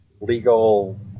legal